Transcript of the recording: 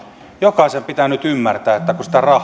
jokaisen pitää nyt ymmärtää että sitä rahaa ei